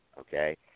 Okay